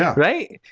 yeah right?